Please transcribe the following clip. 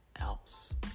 else